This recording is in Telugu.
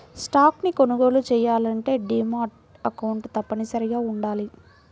స్టాక్స్ ని కొనుగోలు చెయ్యాలంటే డీమాట్ అకౌంట్ తప్పనిసరిగా వుండాలి